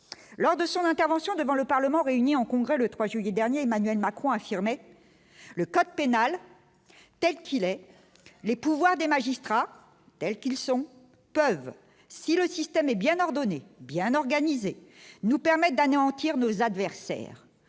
lors de son intervention devant le Parlement réuni en Congrès le 3 juillet dernier, Emmanuel Macron, affirmait le code pénal, telle qu'il ait les pouvoirs des magistrats tels qu'ils sont, peuvent, si le système est bien ordonnée, bien organisés, nous permettent d'anéantir nos adversaires,